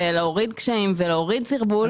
להוריד קשיים ולהוריד סרבול.